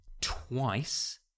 twice